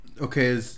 Okay